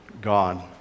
God